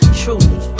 truly